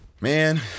man